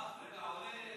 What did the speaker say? רק רגע,